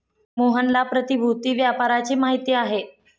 मोहनला प्रतिभूति व्यापाराची माहिती आहे